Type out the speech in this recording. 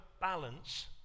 balance